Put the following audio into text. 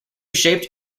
shaped